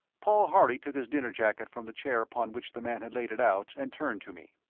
paul harley took his dinner jacket from the chair upon which the man had laid it out, and turned to me.